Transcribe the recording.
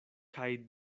kaj